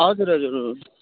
हजुर हजुर